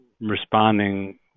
responding